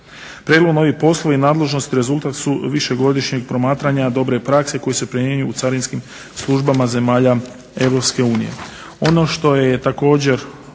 … ovi poslovi nadležnost i rezultat su višegodišnjeg promatranja dobre prakse koji se primjenjuje u carinskim službama zemalja EU.